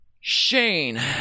Shane